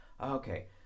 Okay